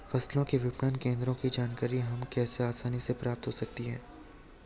फसलों के विपणन केंद्रों की जानकारी हमें कैसे आसानी से प्राप्त हो सकती?